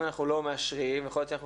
אם אנחנו לא מאשרים יכול להיות שאנחנו